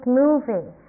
movie